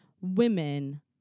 women